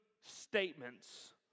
statements